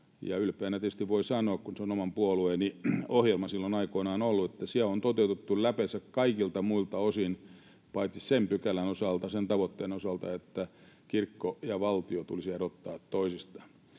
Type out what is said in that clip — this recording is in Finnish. ylpeänä tietysti voi sanoa, kun se on oman puolueeni ohjelma silloin aikoinaan ollut, että se on toteutettu läpeensä kaikilta muilta osin paitsi sen pykälän osalta, sen tavoitteen osalta, että kirkko ja valtio tulisi erottaa toisistaan.